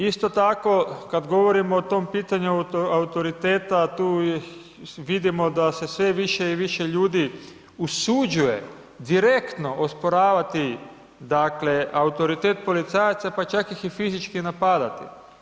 Isto tako, kad govorimo o tom pitanju autoriteta tu vidimo da se sve više i više ljudi usuđuje direktno osporavati dakle autoritet policajaca pa čak i fizički napadati.